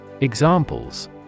Examples